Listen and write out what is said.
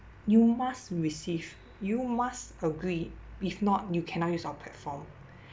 you must receive you must agree if not you cannot use our platform